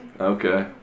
Okay